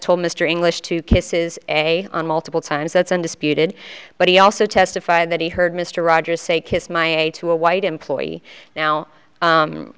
told mr english two kisses a on multiple times that's undisputed but he also testified that he heard mr rogers say kiss my a to a white employee now